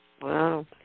Wow